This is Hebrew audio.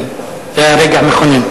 כן, זה היה רגע מכונן.